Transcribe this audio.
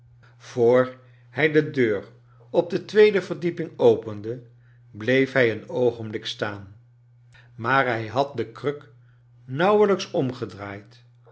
voor hij een deur op de tweede verdieping opende bleef hij een oogenblik staan maar bij had de kruk nauwelijks omgedraaid